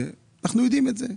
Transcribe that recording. אנחנו יודעים את זה.